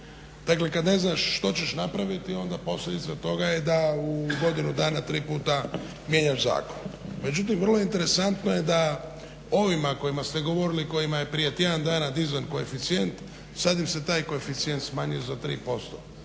Dakle, kad ne znaš što ćeš napraviti onda posljedica toga je da u godinu dana tri puta mijenjaš zakon. Međutim, vrlo interesantno je da ovima kojima ste govorili kojima je prije tjedan dana dizan koeficijent sad im se taj koeficijent smanjuje za 3%.